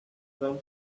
then